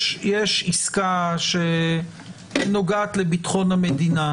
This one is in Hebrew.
יש עסקה שנוגעת לביטחון המדינה,